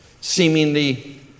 seemingly